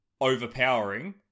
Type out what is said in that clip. overpowering